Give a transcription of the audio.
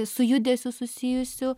su judesiu susijusių